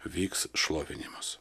vyks šlovinimas